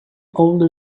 older